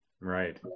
Right